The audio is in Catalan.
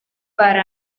per